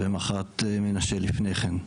ומח"ט מנשה לפני כן.